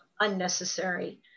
unnecessary